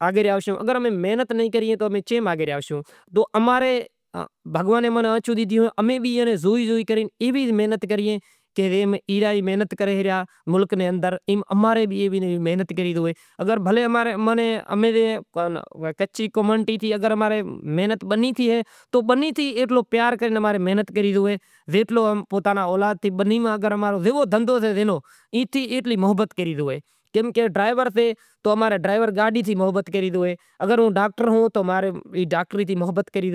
اگر امیں محنت ناں کراں تو چے ماں آگر آشوں، بھگوان اماں نیں آشیں ڈنیں ایں تو امیں زوئے زوئے محنت کراں۔ ملک نے اندر اماں رے ایوی بھی محنت کراں۔ اگر اماں ری کچھی کمیونٹی نی محنت بنی تے آہے تو بنی تے ایتلو پیار کرے محنت کری زوئے۔ ایتلو پوتاں ناں اولاد تھے جیتلی بھی محنت کرے زوئے اگر ڈرائیور سے تو ڈرائیور گاڈی تھی محبت کری زوئے۔ اگر کو ڈاکٹر ہوئے تو او ڈاکٹری ٹھیں محبت کرے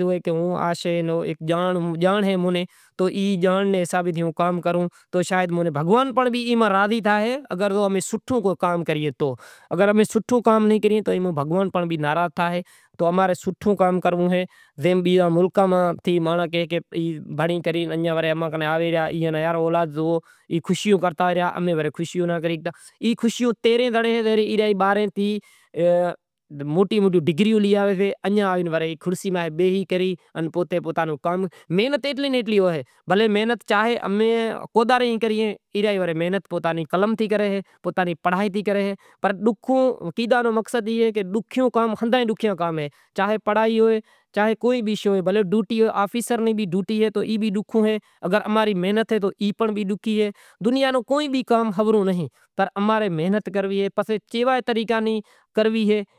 زوئے۔ دنیا نو کوئی بھی کام سولو نہیں پر امیں محنت کرنوی اے پسے کیوے بھی طریقے کرنوی اے۔